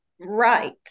Right